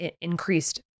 increased